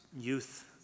youth